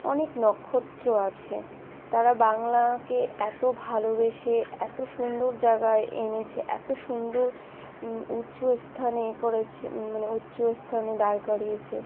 অনেক নক্ষত্র আছে তারা বাংলাকে এত ভালোবেসে এত সুন্দর জায়গায় এনেছে এত সুন্দর উচ্চ স্থানে এ করেছে মানে উচ্চ স্থানে দাঁড় করিয়েছে